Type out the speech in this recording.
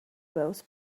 both